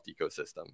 ecosystem